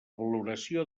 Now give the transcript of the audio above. valoració